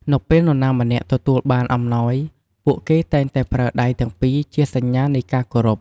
នៅពេលនរណាម្នាក់ទទួលបានអំណោយ ពួកគេតែងតែប្រើដៃទាំងពីរជាសញ្ញានៃការគោរព។